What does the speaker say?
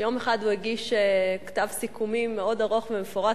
שיום אחד הוא הגיש כתב סיכומים מאוד ארוך ומפורט,